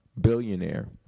billionaire